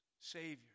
Savior